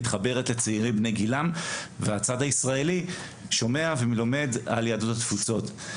מתחברת לצעירים בני גילם והצד הישראלי שומע ולומד על יהדות התפוצות.